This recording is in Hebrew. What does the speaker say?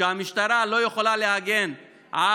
שהמשטרה לא יכולה להגן על